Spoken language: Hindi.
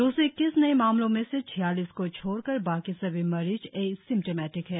दो सौ इक्कीस नए मामलों में से छियालीस को छोड़कर बाकी सभी मरीज एसिम्टोमेटिक है